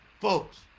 Folks